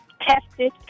tested